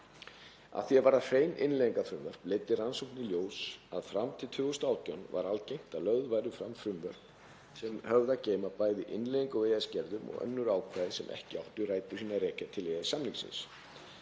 Að því er varðar hrein innleiðingarfrumvörp leiddi rannsóknin í ljós að fram til 2018 var algengt að lögð væru fram frumvörp sem höfðu að geyma bæði innleiðingu á EES-gerðum og önnur ákvæði sem ekki áttu rætur sínar að rekja til EES-samningsins.